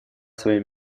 свое